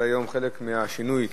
זה חלק מהשינוי,